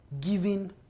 giving